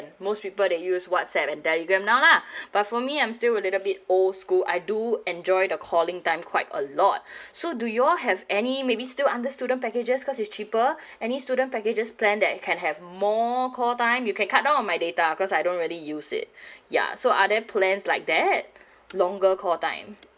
most people that use whatsapp and telegram now lah but for me I'm still a little bit old school I do enjoy the calling time quite a lot so do you all have any maybe still under student packages cause is cheaper any student packages plan that can have more call time you can cut down all my data cause I don't really use it ya so other plans like that longer call time